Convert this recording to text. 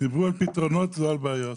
דיברו על פתרונות ולא על בעיות.